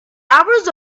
hours